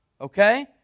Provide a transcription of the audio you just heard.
Okay